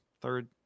third